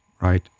right